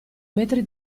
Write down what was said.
metri